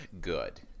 good